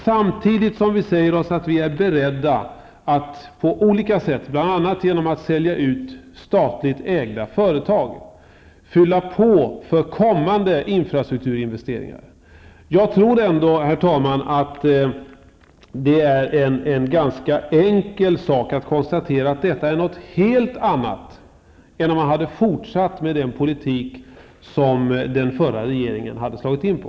Samtidigt säger vi oss vara beredda att på olika sätt, bl.a. genom att sälja ut statligt ägda företag, fylla på för kommande infrastrukturinvesteringar. Jag tror, herr talman, att det är ganska enkelt att konstatera att detta är något helt annat än att fortsätta med den politik som den förra regeringen hade slagit in på.